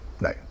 no